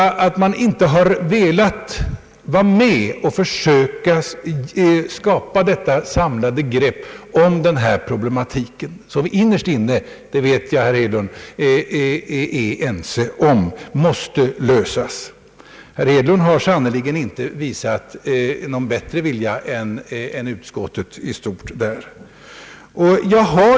Man har inte velat vara med om att försöka skapa det samlade grepp om problematiken som vi innerst inne — det vet jag, herr Hedlund — är ense om är nödvändigt. Herr Hedlund har i dag sannerligen inte visat någon bättre vilja än utskottet i stort.